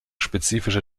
spezifische